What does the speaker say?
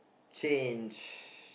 change